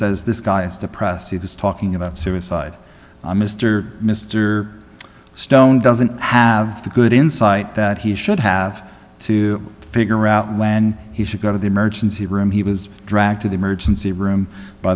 says this guy is depressed he was talking about suicide mr mr stone doesn't have the good insight that he should have to figure out when he should go to the emergency room he was dragged to the emergency room by